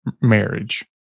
marriage